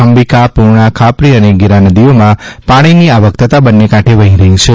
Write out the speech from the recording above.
અંબિકા પૂર્ણ ખાપરી અને ગિરા નદીઓમાં પાણીની આવક થતા બંને કાંઠે વહી રહી છે